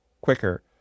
quicker